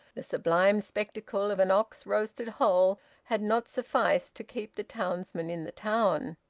the sublime spectacle of an ox roasted whole had not sufficed to keep the townsmen in the town.